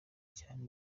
cyane